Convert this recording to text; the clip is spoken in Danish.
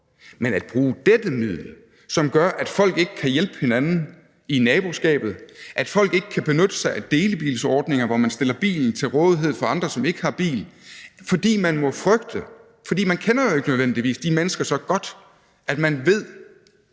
ikke at bruge dette middel, som gør, at folk ikke kan hjælpe hinanden i naboskabet, og at folk ikke kan benytte sig af delebilsordninger, hvor man stiller bilen til rådighed for andre, som ikke har bil, fordi man jo ikke nødvendigvis kender de mennesker så godt, at man ved,